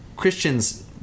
Christians